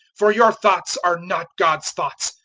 for your thoughts are not god's thoughts,